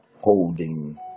holding